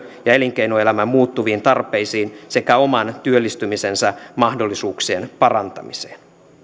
ja elinkeinoelämän muuttuviin tarpeisiin sekä oman työllistymisensä mahdollisuuksien parantamiseen